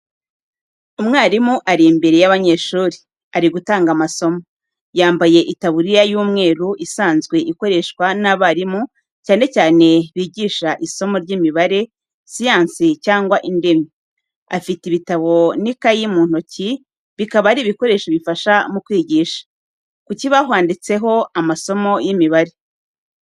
Umwarimu ari imbere y'abanyeshuri, ari gutanga amasomo. Yambaye itaburiya y'umweru isanzwe ikoreshwa n’abarimu cyane cyane bigisha isomo ry'imibare, siyansi cyangwa indimi. Afite ibitabo n'ikayi mu ntoki, bikaba ari ibikoresho bifasha mu kwigisha. Ku kibaho handitseho amasomo y'imibare.